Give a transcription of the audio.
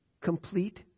Complete